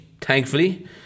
thankfully